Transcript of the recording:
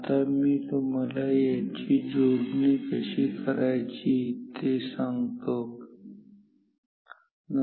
आता मी तुम्हाला याची जोडणी कशी करायची ते सांगेल